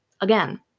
again